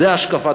אנחנו לא כובשים,